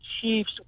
Chiefs